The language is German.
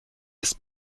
ist